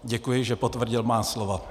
Děkuji, že potvrdil moje slova.